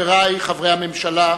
חברי חברי הממשלה,